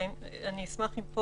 אני אשמח אם פה